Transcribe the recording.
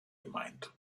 gemeint